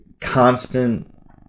constant